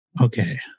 Okay